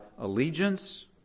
allegiance